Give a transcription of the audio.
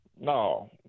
no